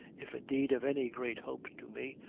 if indeed of any great hope to me,